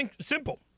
simple